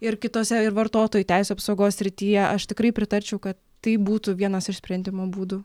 ir kitose ir vartotojų teisių apsaugos srityje aš tikrai pritarčiau ka tai būtų vienas iš sprendimo būdų